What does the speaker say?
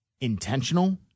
intentional